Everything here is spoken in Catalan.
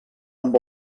amb